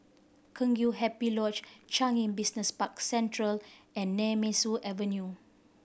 Kheng Chiu Happy Lodge Changi Business Park Central and Nemesu Avenue